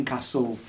Castle